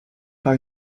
pas